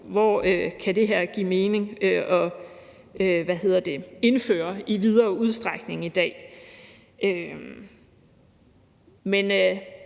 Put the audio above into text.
hvor det her kan give mening at indføre i videre udstrækning i dag.